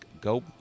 go